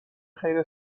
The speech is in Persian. خیر